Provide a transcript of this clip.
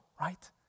right